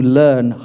learn